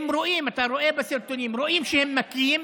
אתה רואה בסרטונים, רואים שמכים,